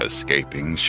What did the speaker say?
Escaping